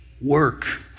work